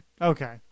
Okay